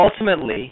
ultimately